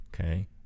okay